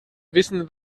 wissen